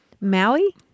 Maui